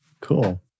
cool